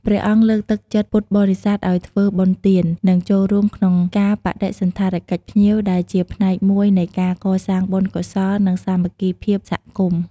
ពុទ្ធបរិស័ទដើរតួនាទីយ៉ាងសំខាន់ក្នុងការអនុវត្តកិច្ចការជាក់ស្ដែងក្នុងការទទួលបដិសណ្ឋារកិច្ច និងផ្ដល់ភាពងាយស្រួលដល់ភ្ញៀវ។